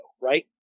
right